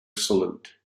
salute